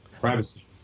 Privacy